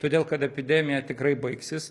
todėl kad epidemija tikrai baigsis